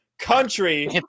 country